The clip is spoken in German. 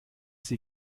sie